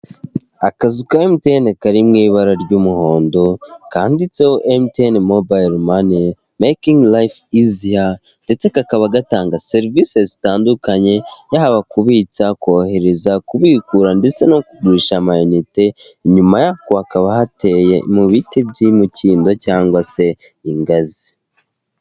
Akazu ka emutiyene kari mu ibara ry'umuhondo, kandiditseho emutiyene mobayiro mani mekingi layife iziya ndetse kakaba gatanga serivisi zitandukanye yaba kubitsa, kohereza, kubikura ndetse no kugurisha amayinite, inyuma y'ako hakaba hateye mu biti by'imikindo cyangwa se ingazi.